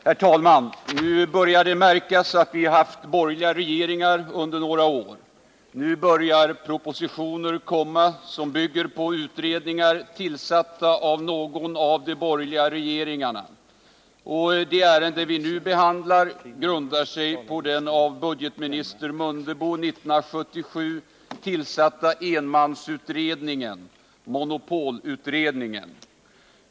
Herr talman! Nu börjar det märkas att vi haft borgerliga regeringar under några år. Nu börjar propositioner komma som bygger på utredningar tillsatta av någon av de borgerliga regeringarna. Det ärende vi nu behandlar grundar sig på den av budgetminister Mundebo 1977 tillsatta enmansutredningen, monopolutredningen.